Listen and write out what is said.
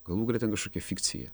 galų gale ten kažkokia fikcija